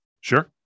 Sure